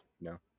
No